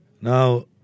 Now